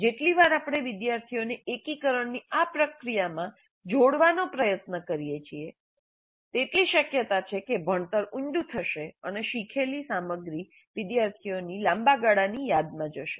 જેટલી વાર આપણે વિદ્યાર્થીઓને એકીકરણની આ પ્રક્રિયામાં જોડવાનો પ્રયત્ન કરીએ છીએ તેટલી શક્યતા છે કે ભણતર ઉંડુ થશે અને શીખેલી સામગ્રી વિદ્યાર્થીઓની લાંબાગાળાની યાદમાં જશે